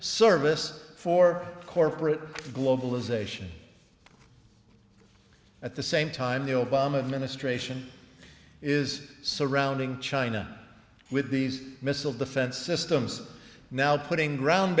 service for corporate globalization at the same time the obama administration is surrounding china with these missile defense systems now putting ground